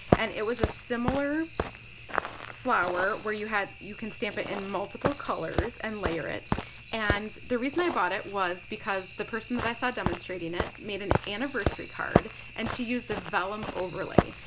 and it was a similar flower where you had, you can stamp it in multiple colors and layer it and the reason i bought it was because the person that i saw demonstrating it made an anniversary card and she used a vellum overlay.